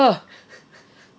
uh